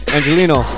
Angelino